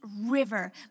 river